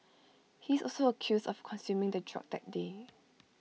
he is also accused of consuming the drug that day